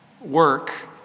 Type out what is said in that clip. work